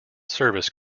service